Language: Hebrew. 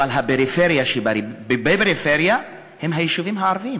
אבל הפריפריה בפריפריה זה היישובים הערביים